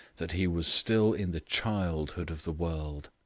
that he was still in the childhood of the world.